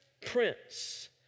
prince